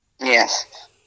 Yes